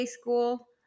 school